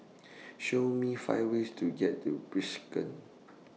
Show Me five ways to get to Bishkek